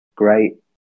Great